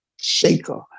shaker